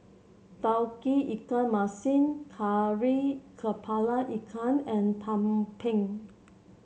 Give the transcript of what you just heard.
Tauge Ikan Masin Kari kepala Ikan and tumpeng